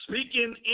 Speaking